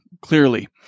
clearly